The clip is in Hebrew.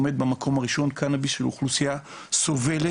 עומד במקום הראשון, קנאביס של אוכלוסייה סובלת,